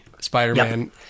Spider-Man